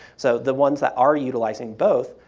so the ones that are utilizing both,